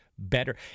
Better